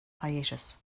hiatus